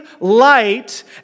light